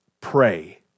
pray